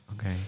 Okay